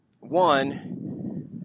one